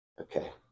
Okay